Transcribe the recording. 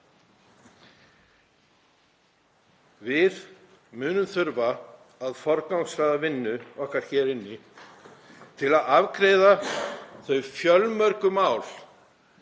Við munum þurfa að forgangsraða vinnu okkar hér inni til að afgreiða þau fjölmörgu mál